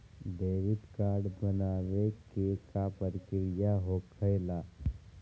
Debit card बनवाने के का प्रक्रिया होखेला?